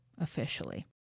officially